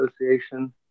association